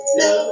no